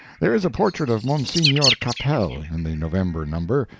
there is a portrait of monsignore capel in the november number,